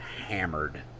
hammered